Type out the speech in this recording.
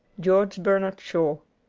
george bernard shaw